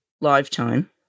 lifetime